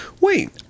Wait